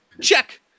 Check